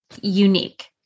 unique